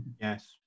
Yes